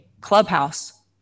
Clubhouse